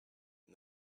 and